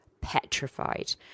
petrified